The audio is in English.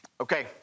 Okay